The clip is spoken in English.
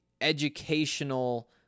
educational